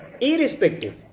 Irrespective